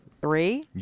three